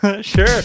Sure